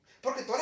Porque